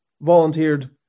volunteered